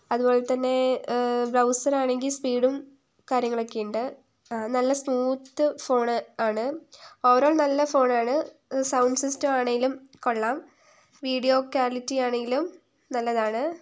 അതുപോലെതന്നെ ബ്രൗസറാണെങ്കിൽ സ്പീഡും കാര്യങ്ങളൊക്കെയുണ്ട് നല്ല സ്മൂത്ത് ഫോണ് ആണ് ഓവറോൾ നല്ല ഫോണാണ് സൗണ്ട് സിസ്റ്റം ആണെങ്കിലും കൊള്ളാം വീഡിയോ ക്വാളിറ്റി ആണെങ്കിലും നല്ലതാണ്